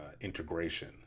integration